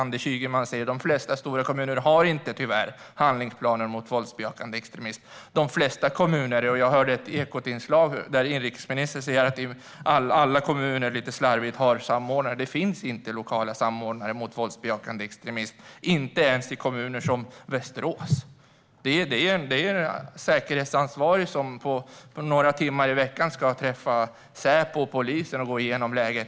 Anders Ygeman säger att de flesta stora kommuner har sådana handlingsplaner, men det är tyvärr fel. Jag hörde ett inslag från Ekot där inrikesministern lite slarvigt sa att alla kommuner har samordnare. Men det finns inga lokala samordnare mot våldsbejakande extremism - inte ens i kommuner som Västerås. Där är det en säkerhetsansvarig som under några timmar i veckan ska träffa Säpo och polisen för att gå igenom läget.